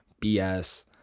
BS